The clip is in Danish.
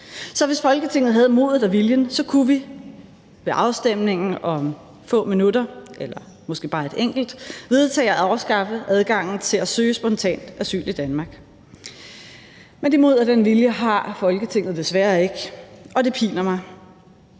Så hvis Folketinget havde modet og viljen kunne vi ved afstemningen om få minutter eller måske bare et enkelt minut vedtage at afskaffe adgangen til at søge spontant asyl i Danmark. Men det mod og den vilje har Folketinget desværre ikke – og det piner mig.